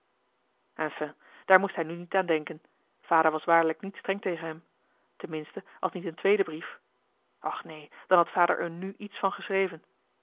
enfin daar moest hij nu niet aan denken vader was waarlijk niet streng tegen hem te minste als niet een tweede brief och neen dan had vader er nu iets van geschreven